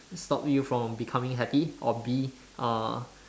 stop you from becoming happy or B uh